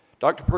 dr.